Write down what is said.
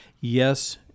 Yes